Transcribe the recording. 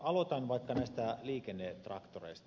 aloitan vaikka näistä liikennetraktoreista